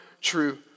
true